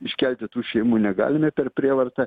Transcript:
iškelti tų šeimų negalime per prievartą